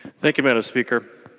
thank you mme. and speaker.